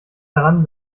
daran